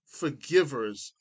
forgivers